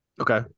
Okay